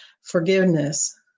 forgiveness